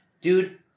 dude